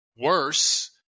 worse